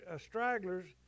stragglers